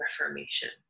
reformation